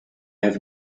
have